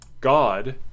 God